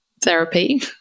therapy